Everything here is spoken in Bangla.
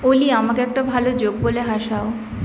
অলি আমাকে একটা ভালো জোক বলে হাসাও